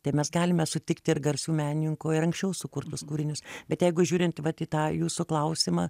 tai mes galime sutikti ir garsų menininkų ir anksčiau sukurtus kūrinius bet jeigu žiūrint vat į tą jūsų klausimą